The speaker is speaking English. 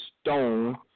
Stone